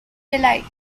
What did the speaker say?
delight